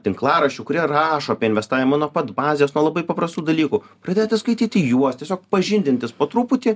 tinklaraščių kurie rašo apie investavimą nuo pat bazės nuo labai paprastų dalykų pradėti skaityti juos tiesiog pažindintis po truputį